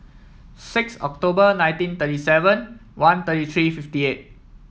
six October nineteen thirty seven one thirty three fifty eight